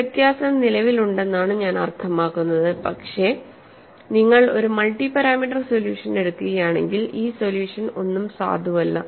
ഒരു വ്യത്യാസം നിലവിലുണ്ടെന്നാണ് ഞാൻ അർത്ഥമാക്കുന്നത് പക്ഷേ നിങ്ങൾ ഒരു മൾട്ടി പാരാമീറ്റർ സൊല്യൂഷൻ എടുക്കുന്നില്ലെങ്കിൽ ഈ സൊല്യൂഷൻ ഒന്നും സാധുവല്ല